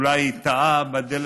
אולי טעה בדלת,